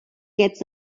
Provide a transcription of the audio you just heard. gets